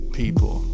people